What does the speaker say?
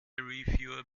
reviewer